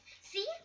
See